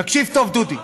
תקשיב טוב, דודי.